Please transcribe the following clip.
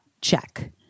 check